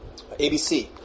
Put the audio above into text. ABC